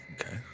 Okay